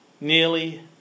Nearly